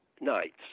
Nights